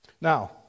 Now